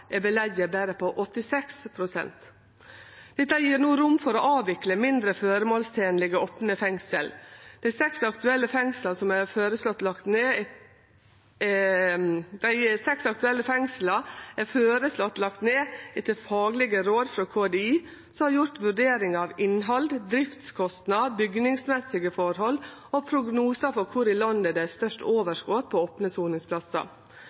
er belegget berre 86 pst. Dette gjev no rom for å avvikle mindre føremålstenlege opne fengsel. Dei seks aktuelle fengsla har ein føreslått å leggje ned etter faglege råd frå Kriminalomsorgsdirektoratet, som har gjort vurderingar av innhald, driftskostnader, byggmessige forhold og prognosar for kvar i landet det er størst overskot på opne soningsplassar.